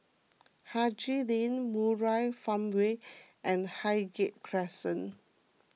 Haji Lane Murai Farmway and Highgate Crescent